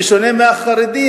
בשונה מהחרדים,